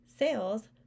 Sales